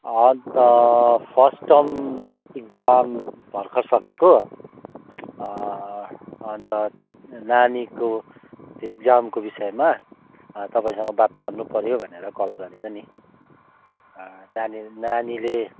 अन्त first term exam भर्खर सकेको अन्त नानीको त्यही एक्जामको विषयमा तपाईँसँग बात मार्नुपऱ्यो भनेर कल गरेको नि नानी नानीले